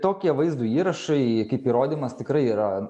tokie vaizdo įrašai kaip įrodymas tikrai yra